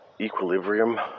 equilibrium